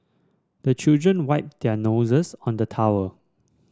the children wipe their noses on the towel